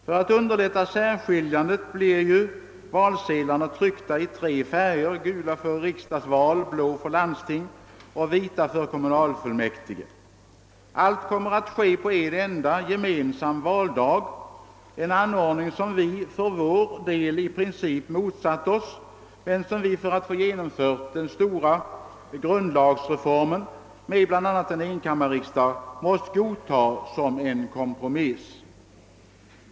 För att underlätta särskiljandet trycks valsedlarna i tre färger: gula för riksdagsval, blå för landstingsval och vita för kommunalfullmäktigeval. Alla valen kommer att äga rum på en gemensam valdag, en ordning som vi i princip motsatt oss men som vi varit tvungna att godta som en kompromiss för att få den stora grundlagsreformen med bl.a. en enkammarriksdag genomförd.